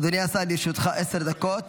אדוני השר, לרשותך עשר דקות.